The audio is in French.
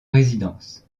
résidence